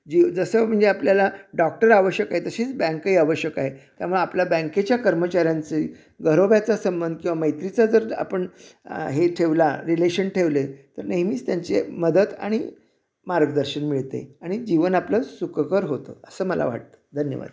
जीव जसं म्हणजे आपल्याला डॉक्टर आवश्यक आहे तशीच बँकही आवश्यक आहे त्यामुळं आपल्या बँकेच्या कर्मचाऱ्यांशी घरोब्याचा संबंध किंवा मैत्रीचा जर आपण हे ठेवला रिलेशन ठेवले तर नेहमीच त्यांचे मदत आणि मार्गदर्शन मिळते आणि जीवन आपलं सुखकर होतं असं मला वाटतं धन्यवाद